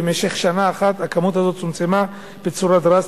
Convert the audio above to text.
במשך שנה אחת הכמות הזאת צומצמה בצורה דרסטית.